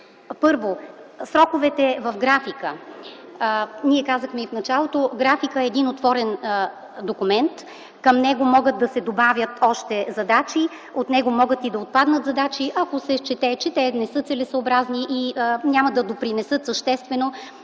Първо, сроковете в графика. Казах в началото, че графикът е отворен документ. Към него могат да се добавят още задачи. От него могат и да отпаднат задачи, ако се счете, че не са целесъобразни и няма да допринесат съществено